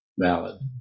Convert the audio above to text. valid